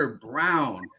Brown